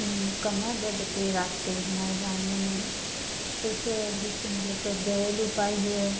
कमर दर्द के ईलाज के लिए हमारे गाँव में प्रचलित मतलब घरेलू उपाय हैं